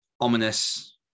ominous